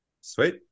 Sweet